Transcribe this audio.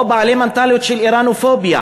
או בעלי מנטליות של איראנופוביה?